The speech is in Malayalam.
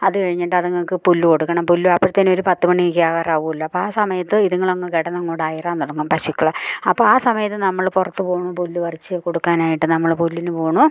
അതു കഴിഞ്ഞിട്ടതുങ്ങൾക്ക് പുല്ല് കൊടുക്കണം പുല്ല് അപ്പോഴത്തേനൊരു പത്ത് മണിയൊക്കെ ആകാറാകുമല്ലോ അപ്പം ആ സമയത്ത് ഇതുങ്ങളങ്ങ് കിടന്നങ്ങോട്ടലറാൻ തുടങ്ങും പശുക്കളെ അപ്പം ആ സമയത്ത് നമ്മൾ പുറത്ത് പോകണം പുല്ല് പറിച്ച് കൊടുക്കാനായിട്ട് നമ്മൾ പുല്ലിന് പോകുന്നു